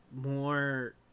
more